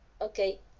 Okay